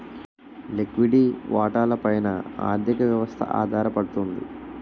లిక్విడి వాటాల పైన ఆర్థిక వ్యవస్థ ఆధారపడుతుంది